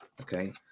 Okay